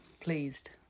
pleased